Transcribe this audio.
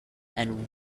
and